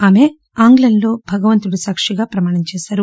ఆమె ఆంగ్లంలో భగవంతున్ని సాక్షిగా ప్రమాణం చేశారు